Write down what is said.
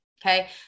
Okay